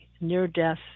near-death